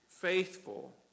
faithful